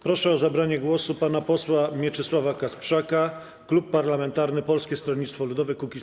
Proszę o zabranie głosu pana posła Mieczysława Kasprzaka, klub parlamentarny Polskie Stronnictwo Ludowe - Kukiz15.